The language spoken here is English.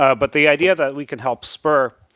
ah but the idea that we could help spur